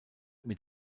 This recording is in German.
mit